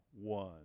one